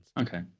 Okay